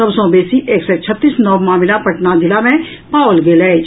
सभ सॅ बेसी एक सय छत्तीस नव मामिला पटना जिला मे पाओल गेल अछि